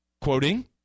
Quoting